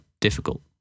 difficult